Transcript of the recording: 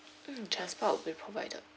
mm transport will be provided